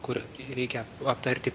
kur reikia aptarti